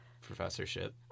professorship